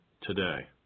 today